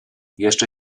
jeszcze